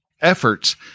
efforts